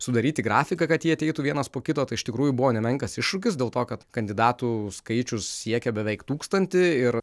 sudaryti grafiką kad jie ateitų vienas po kito tai iš tikrųjų buvo nemenkas iššūkis dėl to kad kandidatų skaičius siekia beveik tūkstantį ir